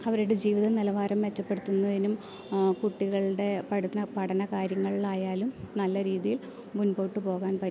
അവരുടെ ജീവിത നിലവാരം മെച്ചപ്പെടുത്തുന്നതിനും കുട്ടികളുടെ പഠുന പഠന കാര്യങ്ങളിലായാലും നല്ല രീതിയിൽ മുൻപോട്ട് പോകാൻ പറ്റും